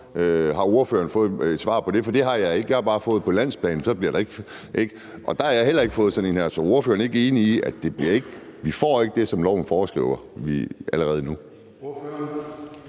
Har ordføreren fået et svar på det? For det har jeg ikke. Jeg har bare fået at vide, at på landsplan bliver der ikke. Og der har jeg heller ikke fået sådan en her. Så er ordføreren ikke enig i, at vi ikke får ikke det, som loven allerede